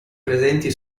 presenti